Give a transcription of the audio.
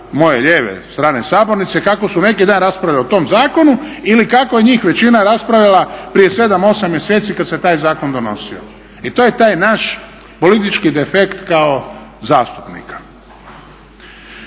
moje lijeve strane sabornice kako su neki dan rasprave o tom zakonu ili kako je njih većina raspravljala prije 7, 8 mjeseci kada se taj zakon donosio. I to je taj naš politički defekt kao zastupnika.